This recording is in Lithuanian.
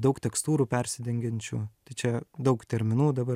daug tekstūrų persidengiančių tai čia daug terminų dabar